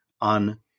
on